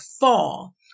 fall